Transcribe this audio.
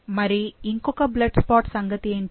మరి ఇంకొక blood spot సంగతి ఏంటి